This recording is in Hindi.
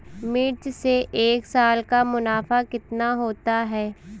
मिर्च से एक साल का मुनाफा कितना होता है?